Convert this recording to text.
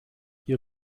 ihr